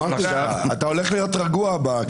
אמרתי לך, אתה הולך להיות רגוע בכנסת הזו.